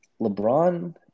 LeBron